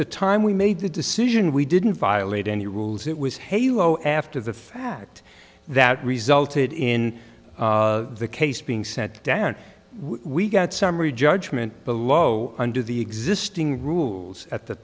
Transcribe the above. the time we made the decision we didn't violate any rules it was hey you know after the fact that resulted in the case being set down we got summary judgment below under the existing rules at the